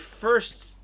first